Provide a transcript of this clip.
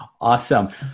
Awesome